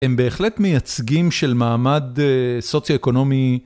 הם בהחלט מייצגים של מעמד סוציו-אקונומי.